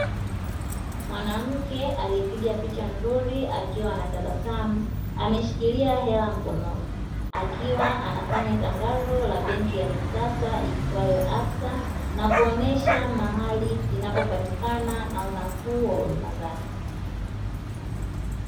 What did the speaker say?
Mwanamke aliyepiga picha nzuri akiwa anatabasamu, ameshikilia hela mkononi; akiwa anafanya tangazo la benki ya kisasa iitwayo "absa" na kuonesha mahali inapopatikana na unafuu wa huduma zake.